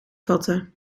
vatten